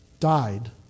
died